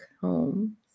home